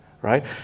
Right